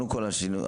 שנייה,